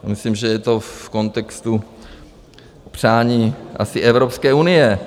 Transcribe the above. Myslím, že je to v kontextu přání asi Evropské unie.